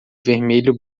vermelho